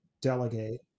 delegate